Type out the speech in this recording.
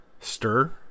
stir